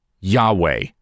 Yahweh